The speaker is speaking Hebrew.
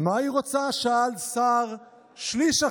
"מה היא רוצה?" שאל שר שליש החינוך.